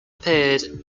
appeared